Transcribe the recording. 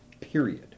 Period